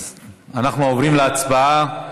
אז אנחנו עוברים להצבעה על